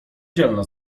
dzielna